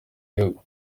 gihugu